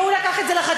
והוא לקח את זה לחקירות.